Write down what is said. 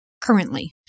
currently